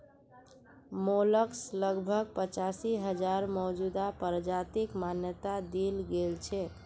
mollusc लगभग पचासी हजार मौजूदा प्रजातिक मान्यता दील गेल छेक